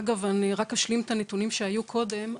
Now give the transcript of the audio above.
אגב רק אשלים את הנתונים שהיו קודם,